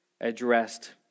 addressed